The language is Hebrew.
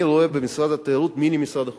אני רואה במשרד התיירות מיני משרד החוץ,